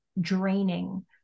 draining